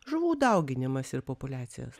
žuvų dauginimasi ir populiacijas